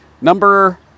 Number